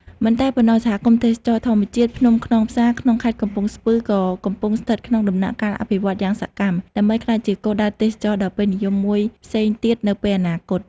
មិនតែប៉ុណ្ណោះ សហគមន៍ទេសចរណ៍ធម្មជាតិភ្នំខ្នងផ្សារ ក្នុងខេត្តកំពង់ស្ពឺក៏កំពុងស្ថិតក្នុងដំណាក់កាលអភិវឌ្ឍន៍យ៉ាងសកម្ម ដើម្បីក្លាយជាគោលដៅទេសចរណ៍ដ៏ពេញនិយមមួយផ្សេងទៀតនៅពេលអនាគត។